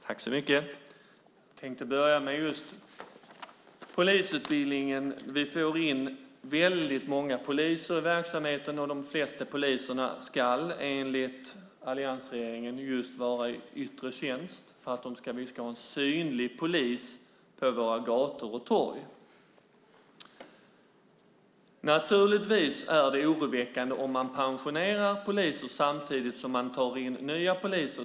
Fru talman! Jag tänkte börja med frågan om polisutbildningen. Vi får in väldigt många poliser i verksamheten, och enligt alliansregeringen ska de flesta poliser vara i yttre tjänst så att vi får en synlig polis på våra gator och torg. Naturligtvis är det oroväckande om man pensionerar poliser samtidigt som man tar in nya.